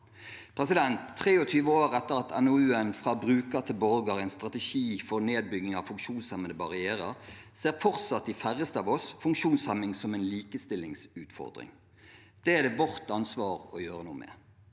sal. 23 år etter NOU-en «Fra bruker til borger – En strategi for nedbygging av funksjonshemmende barrierer» ser fortsatt de færreste av oss funksjonshemming som en likestillingsutfordring. Det er det vårt ansvar å gjøre noe med.